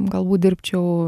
galbūt dirbčiau